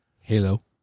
Halo